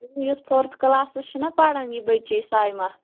یُس fourth classes چھُنا پران یہِ بٔچی سایما